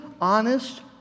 honest